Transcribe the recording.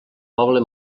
poble